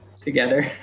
together